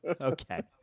Okay